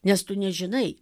nes tu nežinai